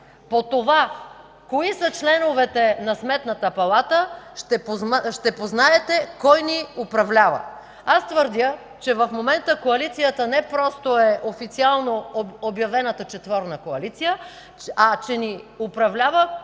По това кои са членовете на Сметната палата ще познаете кой ни управлява. Аз твърдя, че в момента коалицията не просто е от официално обявената четворна коалиция, а че ни управлява